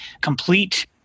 complete